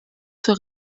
zur